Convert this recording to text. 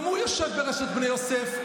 גם הוא יושב ברשת בני יוסף,